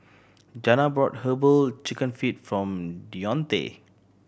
Janna brought Herbal Chicken Feet for Dionte